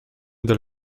del